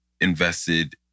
invested